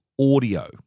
audio